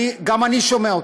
גם אני שומע אותה.